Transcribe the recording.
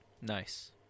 Nice